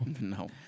No